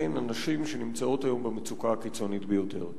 אלה הן הנשים שנמצאות היום במצוקה הקיצונית ביותר.